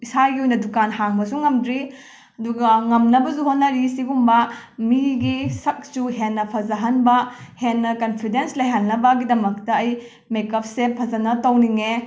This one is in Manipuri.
ꯏꯁꯥꯒꯤ ꯑꯣꯏꯅ ꯗꯨꯀꯥꯟ ꯍꯥꯡꯕꯁꯨ ꯉꯝꯗ꯭ꯔꯤ ꯑꯗꯨꯒ ꯉꯝꯅꯕꯖꯨ ꯍꯣꯠꯅꯔꯤ ꯁꯤꯒꯨꯝꯕ ꯃꯤꯒꯤ ꯁꯛꯆꯨ ꯍꯦꯟꯅ ꯐꯖꯍꯟꯕ ꯍꯦꯟꯅ ꯀꯟꯐꯤꯗꯦꯟꯁ ꯂꯩꯍꯟꯅꯕꯒꯤꯗꯃꯛꯇ ꯑꯩ ꯃꯦꯀꯞꯁꯦ ꯐꯖꯅ ꯇꯧꯅꯤꯡꯉꯦ